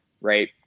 right